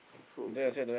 so it's like